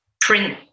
print